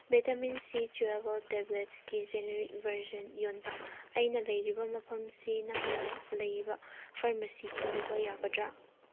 vitamin C chewable ꯇꯦꯕ꯭ꯂꯦꯠꯁꯀꯤ generic version ꯌꯣꯟꯕ ꯑꯩꯅ ꯂꯩꯔꯤꯕ ꯃꯐꯝꯁꯤ ꯅꯛꯅꯅ ꯂꯩꯕ ꯐꯥꯔꯃꯥꯁꯤ ꯊꯤꯕꯤꯕ ꯌꯥꯒꯗ꯭ꯔꯥ